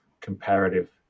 comparative